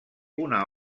una